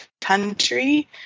country